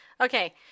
Okay